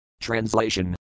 Translation